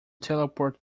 teleport